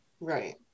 Right